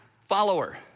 follower